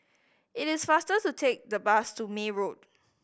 it is faster to take the bus to May Road